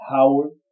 Howard